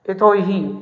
यतो हि